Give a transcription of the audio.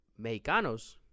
Mexicanos